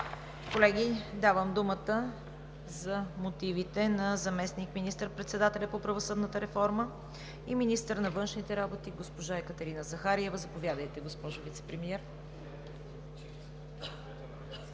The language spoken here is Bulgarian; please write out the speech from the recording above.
Колеги, давам думата за мотивите на заместник-министър председателя по правосъдната реформа и министър на външните работи госпожа Екатерина Захариева. Заповядайте, госпожо Вицепремиер.